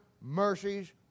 mercies